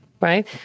Right